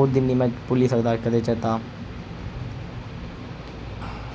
ओह् दिन नि मैं भुल्ली सकदा कदे चेत्ता